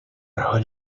حال